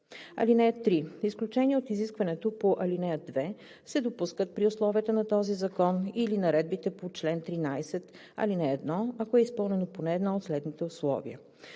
(3) Изключения от изискването по ал. 2 се допускат при условията на този закон или наредбите по чл. 13, ал. 1, ако е изпълнено поне едно от следните условия: